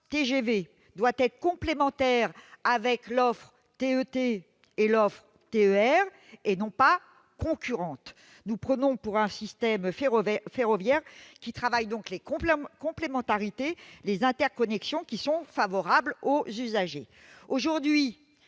TGV doit être complémentaire de l'offre de TET et de l'offre de TER, et non pas concurrente. Nous prônons un système ferroviaire qui privilégie les complémentarités et les interconnexions qui sont favorables aux usagers. Aujourd'hui,